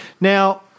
Now